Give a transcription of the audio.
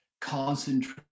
concentrate